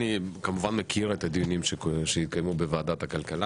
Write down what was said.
אני כמובן מכיר את הדיונים שהתקיימו בוועדת הכלכלה